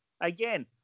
again